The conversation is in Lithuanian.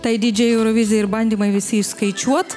tai didžiajai eurovizijai ir bandymai visi išskaičiuot